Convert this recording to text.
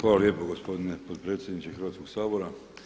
Hvala lijepo gospodine potpredsjedniče Hrvatskog sabora.